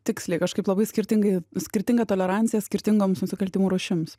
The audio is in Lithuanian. tiksliai kažkaip labai skirtingai skirtinga tolerancija skirtingoms nusikaltimų rūšims